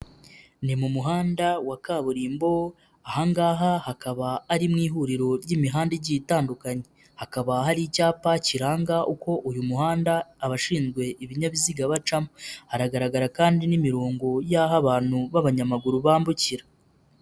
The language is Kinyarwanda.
Ni mu muhanda wa kaburimbo, aha ngaha hakaba ari mu ihuriro ry'imihanda igiye itandukanye, hakaba hari icyapa kiranga uko uyu muhanda abashinzwe ibinyabiziga bacamo, haragaragara kandi n'imirongo y'aho abantu b'abanyamaguru bambukira.